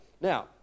Now